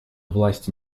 власти